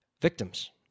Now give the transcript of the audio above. victims